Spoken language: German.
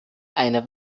eine